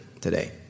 today